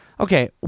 Okay